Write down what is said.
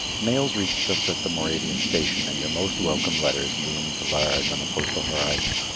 mails reached us at the moravian station, and your most welcome letters loomed large on the postal horizon.